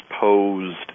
posed